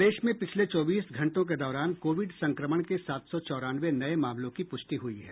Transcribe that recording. प्रदेश में पिछले चौबीस घंटों के दौरान कोविड संक्रमण के सात सौ चौरानवे नये मामलों की पुष्टि हुई है